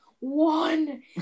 One